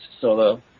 solo